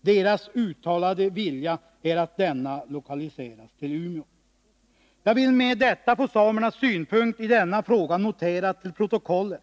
Deras uttalade vilja är att denna enhet lokaliseras till Umeå, och jag har velat få samernas synpunkt i denna fråga noterad till protokollet.